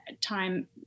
time